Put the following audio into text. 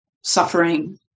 suffering